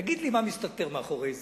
תגיד לי מה מסתתר מאחורי זה.